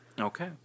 Okay